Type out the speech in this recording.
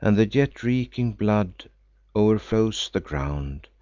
and the yet reeking blood o'erflows the ground.